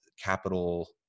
Capital